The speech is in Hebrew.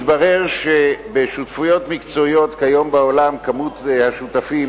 מתברר שכיום בשותפויות מקצועיות בעולם מספר השותפים